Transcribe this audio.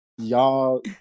Y'all